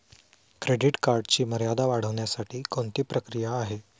Credit कार्डची मर्यादा वाढवण्यासाठी कोणती प्रक्रिया आहे?